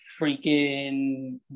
freaking